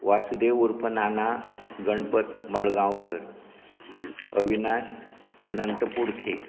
वासुदेव उर्फ नाना गणपत मडगांवकर अविनाश अनंत पुरखे